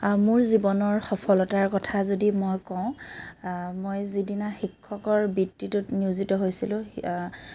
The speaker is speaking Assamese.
মোৰ জীৱনৰ সফলতাৰ কথা যদি মই কওঁ মই যিদিনা শিক্ষকৰ বৃত্তিটোত নিয়োজিত হৈছিলোঁ